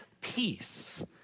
peace